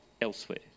elsewhere